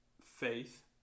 faith